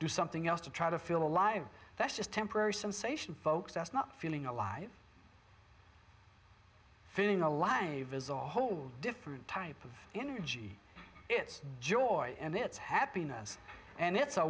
do something else to try to feel alive that's just temporary some sation folks that's not feeling alive feeling alive is a whole different type of energy it's joy and it's happiness and it's a